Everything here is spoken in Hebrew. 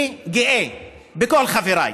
אני גאה בכל חבריי,